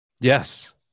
Yes